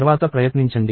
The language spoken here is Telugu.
తర్వాత ప్రయత్నించండి